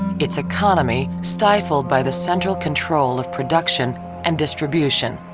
its economy stifled by the central control of production and distribution.